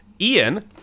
Ian